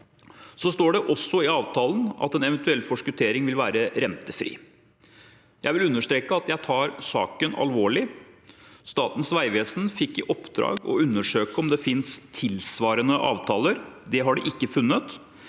Det står også i avtalen at en eventuell forskuttering ville vært rentefri. Jeg vil understreke at jeg tar saken alvorlig. Statens vegvesen fikk i oppdrag å undersøke om det finnes tilsvarende avtaler. Det har de ikke funnet.